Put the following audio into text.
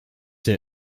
der